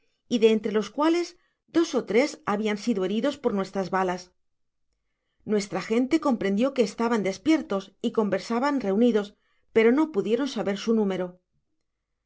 y de entre los cuales dos ó tres habian sido heridos por nuestras balas nuestra gente comprendio que estaban despiertos y conversaban reunidos pero no pudieron saber su número